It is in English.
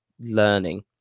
learning